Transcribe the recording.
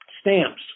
stamps